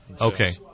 Okay